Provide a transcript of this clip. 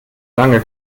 lange